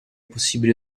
possibile